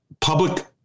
public